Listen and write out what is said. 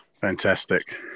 Fantastic